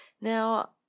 Now